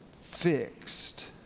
fixed